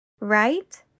right